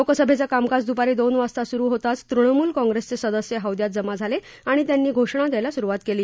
लोकसभेचं कामकाज दुपारी दोन वाजता सुरु होताच तृणमूल काँग्रेसचे सदस्य हौद्यात जमा झाले आणि त्यांनी घोषणा द्यायला सुरुवात केली